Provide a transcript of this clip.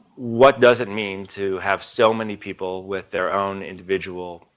what does it mean to have so many people with their own individual,